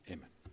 Amen